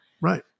Right